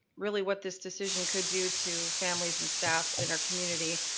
really what this decision could do to families and staff in our community,